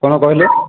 କ'ଣ କହିଲେ